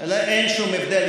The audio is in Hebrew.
אין שום הבדל.